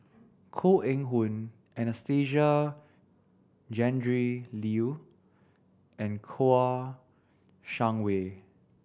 Koh Eng Hoon Anastasia Tjendri Liew and Kouo Shang Wei